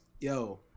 yo